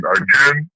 again